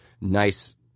nice